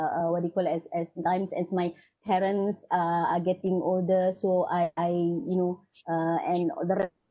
uh uh what do you call it as as times as my parents are are getting older so I I you know uh and all the